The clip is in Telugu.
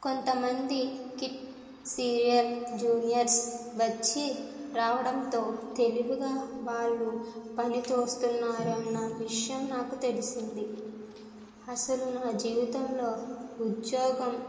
కొంతమందికి సీరియర్ జూనియర్స్ వచ్చి రావడంతో తెలివిగా వాళ్ళు పని తోస్తున్నారు అన్న విషయం నాకు తెలిసింది అసలు నా జీవితంలో ఉద్యోగం